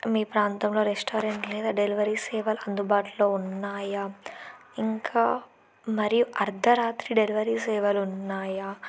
మీ ప్రాంతంలో రెస్టారెంట్ లేదా డెలివరీ సేవలు అందుబాటులో ఉన్నాయా ఇంకా మరియు అర్ధరాత్రి డెలివరీ సేవలున్నాయా